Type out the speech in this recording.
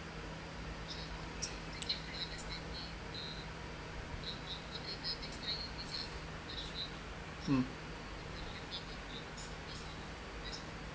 mm